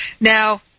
Now